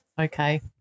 okay